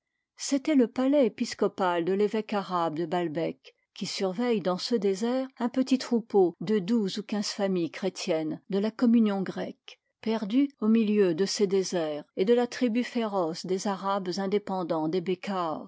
c'était le palais épiscopal de l'évêque arabe de balbek qui surveille dans ce désert un petit troupeau de douze ou quinze familles chrétiennes de la communion grecque perdues au milieu de ces déserts et de la tribu féroce des arabes indépendans des